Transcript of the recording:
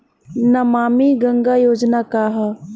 नमामि गंगा योजना का ह?